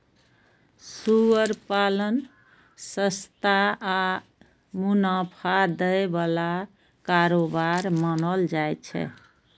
सुअर पालन सस्ता आ मुनाफा दै बला कारोबार मानल जाइ छै